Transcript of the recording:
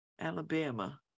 Alabama